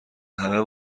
همه